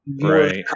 Right